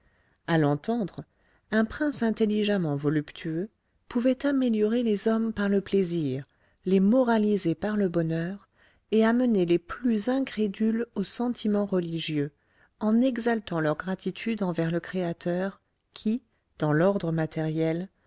à l'entendre un prince intelligemment voluptueux pouvait améliorer les hommes par le plaisir les moraliser par le bonheur et amener les plus incrédules au sentiment religieux en exaltant leur gratitude envers le créateur qui dans l'ordre matériel